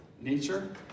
nature